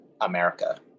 America